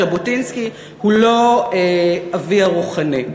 ז'בוטינסקי הוא לא אבי הרוחני.